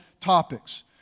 topics